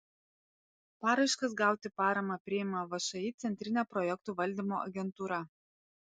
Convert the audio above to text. paraiškas gauti paramą priima všį centrinė projektų valdymo agentūra